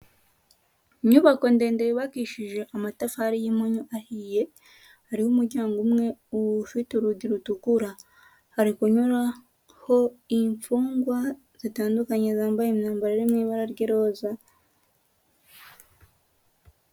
Inyubako ndende yubakishije amatafari y'imponyo ahiye, hariho umuryango umwe ufite urugi rutukura. Hari kunyuraho imfungwa zitandukanye, zambaye imyambaro iri mu ibara ry'iroza.